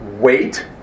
wait